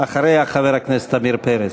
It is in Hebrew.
אחריה, חבר הכנסת עמיר פרץ.